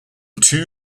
two